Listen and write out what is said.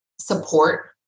Support